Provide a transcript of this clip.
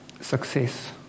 success